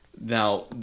Now